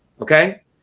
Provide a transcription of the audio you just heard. Okay